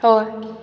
हय